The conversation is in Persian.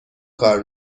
کار